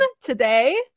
today